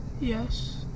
Yes